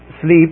sleep